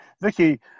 Vicky